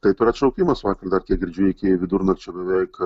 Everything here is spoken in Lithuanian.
taip ir atšaukimas vakar dar kiek girdžiu iki vidurnakčio beveik